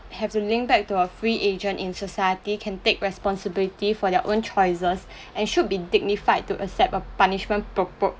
have to link back to our free agent in society can take responsibility for their own choices and should be dignified to accept a punishment propo~